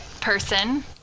person